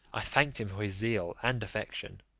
i thanked him for his zeal and affection,